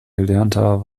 gelernter